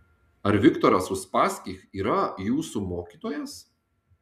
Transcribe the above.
ar viktoras uspaskich yra jūsų mokytojas